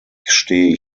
stehe